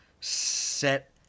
set